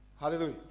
Hallelujah